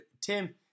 Tim